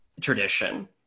tradition